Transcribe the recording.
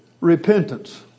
Repentance